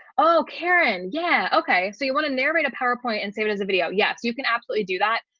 oh, karen. yeah. okay, so you want to narrate a powerpoint and save it as a video? yes, you can absolutely do that.